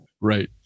Right